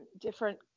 different